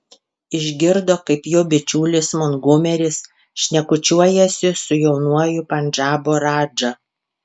išgirdo kaip jo bičiulis montgomeris šnekučiuojasi su jaunuoju pandžabo radža